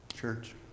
church